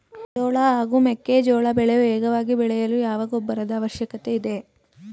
ಜೋಳ ಹಾಗೂ ಮೆಕ್ಕೆಜೋಳ ಬೆಳೆ ವೇಗವಾಗಿ ಬೆಳೆಯಲು ಯಾವ ಗೊಬ್ಬರದ ಅವಶ್ಯಕತೆ ಇದೆ?